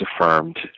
affirmed